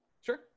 Sure